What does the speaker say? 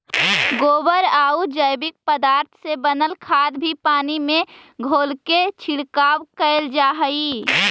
गोबरआउ जैविक पदार्थ से बनल खाद भी पानी में घोलके छिड़काव कैल जा हई